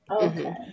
Okay